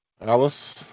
Alice